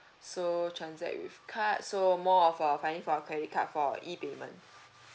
so transact with card so more of uh finding for a credit card for E payment